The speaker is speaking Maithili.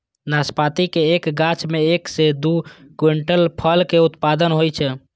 नाशपाती के एक गाछ मे एक सं दू क्विंटल फल के उत्पादन होइ छै